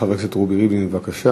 חבר הכנסת רובי ריבלין, בבקשה.